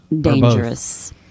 Dangerous